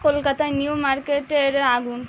কলকাতায় নিউ মার্কেটের আগুন